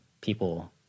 people